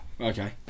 okay